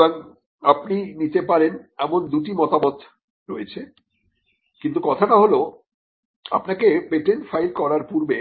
সুতরাং আপনি নিতে পারেন এমন দুটি মতামত রয়েছে কিন্তু কথাটা হল আপনাকে পেটেন্ট ফাইল করার পূর্বে